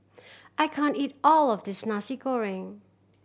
I can't eat all of this Nasi Goreng